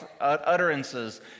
utterances